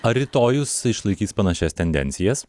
ar rytojus išlaikys panašias tendencijas